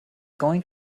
going